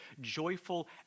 joyful